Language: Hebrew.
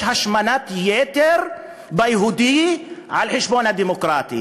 יש השמנת יתר ב"יהודי" על חשבון ה"דמוקרטי".